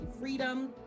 Freedom